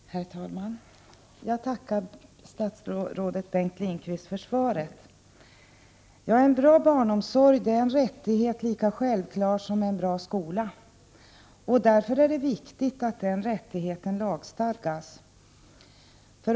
Herr talman! Jag tackar statsrådet Bengt Lindqvist för svaret. En bra barnomsorg är en rättighet lika självklar som en bra skola. Därför är det viktigt att den rättigheten lagstadgas.